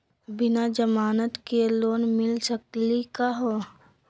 बिना जमानत के लोन मिली सकली का हो?